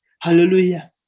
Hallelujah